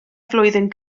flwyddyn